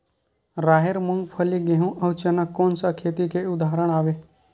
राहेर, मूंगफली, गेहूं, अउ चना कोन सा खेती के उदाहरण आवे?